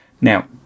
Now